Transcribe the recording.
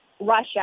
Russia